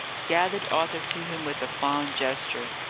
gathered arthur to him with a fond gesture.